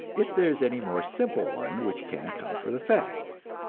if there is any more simple one which can account for the facts.